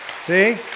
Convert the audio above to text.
See